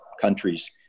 countries